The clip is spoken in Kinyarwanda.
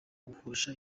guhosha